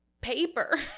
paper